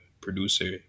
producer